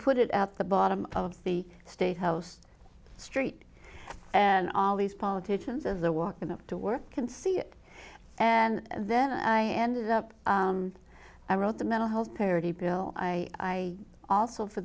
put it at the bottom of the state house street and all these politicians of the walking up to work can see it and then i ended up i wrote the mental health parity bill i also for